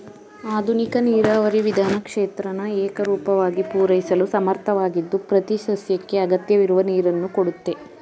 ಆಧುನಿಕ ನೀರಾವರಿ ವಿಧಾನ ಕ್ಷೇತ್ರನ ಏಕರೂಪವಾಗಿ ಪೂರೈಸಲು ಸಮರ್ಥವಾಗಿದ್ದು ಪ್ರತಿಸಸ್ಯಕ್ಕೆ ಅಗತ್ಯವಿರುವ ನೀರನ್ನು ಕೊಡುತ್ತೆ